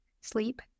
sleep